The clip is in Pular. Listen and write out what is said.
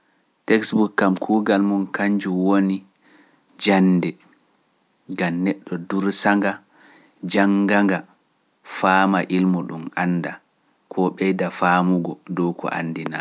Textbook kam kuugal mum kannjum woni, jannde ngam neɗɗo dursa-nga, jannga-nga, faama ilmu ɗum anndaa, koo ɓeyda faamugo dow ko anndi naane.